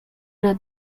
una